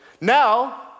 Now